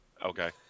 Okay